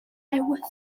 ewythr